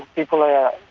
people are